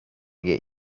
get